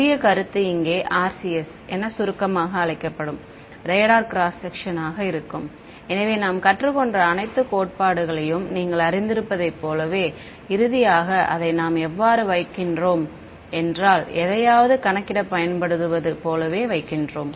புதிய கருத்து இங்கே RCS என சுருக்கமாக அழைக்கப்படும் ரேடார் கிராஸ் செக்சன் ஆக இருக்கும் எனவே நாம் கற்றுக்கொண்ட அனைத்து கோட்பாடுகளையும் நீங்கள் அறிந்திருப்பதைப் போலவே இறுதியாக அதை நாம் எவ்வாறு வைக்கிறோம் என்றால் எதையாவது கணக்கிடப் பயன்படுவது போலவே வைக்கின்றோம்